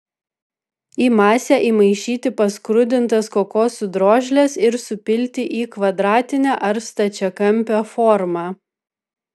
į masę įmaišyti paskrudintas kokosų drožles ir supilti į kvadratinę ar stačiakampę formą